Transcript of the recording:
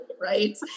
right